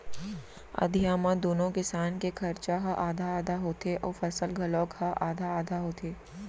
अधिया म दूनो किसान के खरचा ह आधा आधा होथे अउ फसल घलौक ह आधा आधा होथे